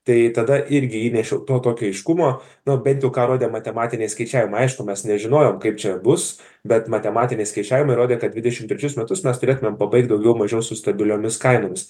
tai tada irgi įnešiau to tokio aiškumo nu bent jau ką rodė matematiniai skaičiavimai aišku mes nežinojom kaip čia bus bet matematiniai skaičiavimai rodė kad dvidešimt trečius metus mes turėtumėm pabaigt daugiau mažiau su stabiliomis kainomis